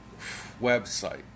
website